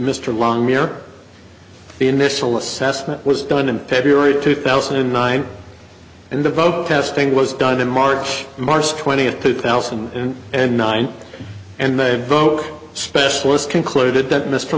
mr lunger the initial assessment was done in period two thousand and nine and the vote has thing was done in march march twentieth two thousand and nine and they invoke specialist concluded that mr